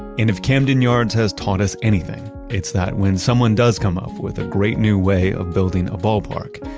and if camden yards has taught us anything, it's that when someone does come up with a great new way of building a ballpark,